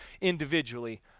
individually